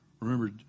Remember